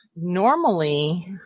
Normally